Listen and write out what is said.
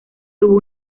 tuvo